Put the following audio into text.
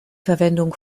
verwendung